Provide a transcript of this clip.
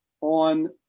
on